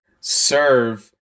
serve